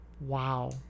Wow